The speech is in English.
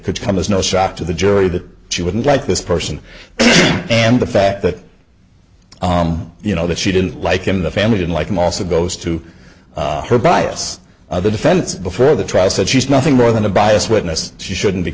could come as no shock to the jury that she wouldn't like this person and the fact that you know that she didn't like him the family didn't like him also goes to her bias the defense before the trial said she's nothing more than a biased witness she shouldn't be